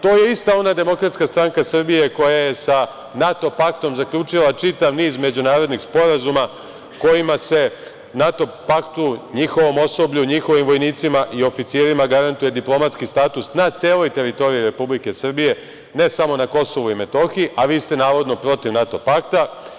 To je ista ona DSS koja je sa NATO paktom zaključila čitav niz međunarodnih sporazuma kojima se NATO paktu, njihovom osoblju, njihovim vojnicima i oficirima garantuje diplomatski status na celoj teritoriji Republike Srbije, ne samo na Kosovu i Metohiji, a vi ste navodno protiv NATO pakta.